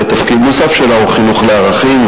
ותפקיד נוסף שלה הוא חינוך לערכים,